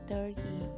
Turkey